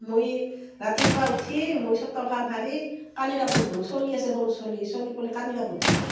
মই ৰাতিপুৱা উঠি মই চোতালখন সাৰি কানি কাপোৰ ধোওঁ চলি আছে সৰু চলি চলি পলিৰ কানি কাপোৰ ধোওঁ